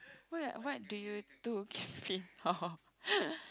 what ya what do you do